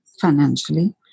financially